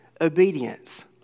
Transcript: obedience